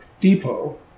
depot